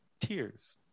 tears